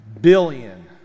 billion